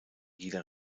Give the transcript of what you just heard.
jeder